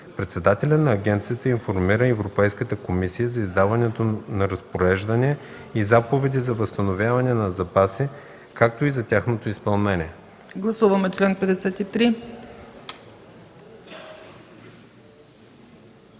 Председателят на агенцията информира Европейската комисия за издаването на разпореждания и заповеди за възстановяване на запаси, както и за тяхното изпълнение.”